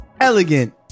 elegant